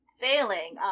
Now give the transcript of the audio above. failing